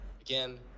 again